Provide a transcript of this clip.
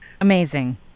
Amazing